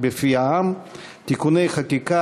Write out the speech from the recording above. בפי העם, (תיקוני חקיקה